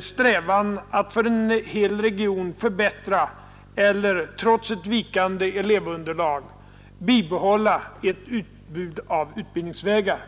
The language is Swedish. strävan att för en hel region förbättra eller, trots ett vikande elevunderlag, bibehålla ett utbud av utbildningsvägar.